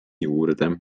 juurde